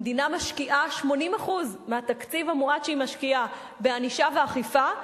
המדינה משקיעה 80% מהתקציב המועט שהיא משקיעה בענישה ואכיפה,